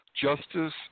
Justice